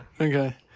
okay